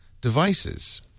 devices